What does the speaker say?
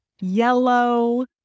yellow